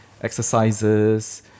exercises